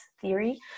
theory